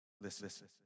listen